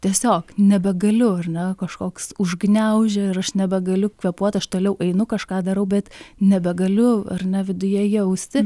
tiesiog nebegaliu ar ne kažkoks užgniaužia ir aš nebegaliu kvėpuot aš toliau einu kažką darau bet nebegaliu ar ne viduje jausti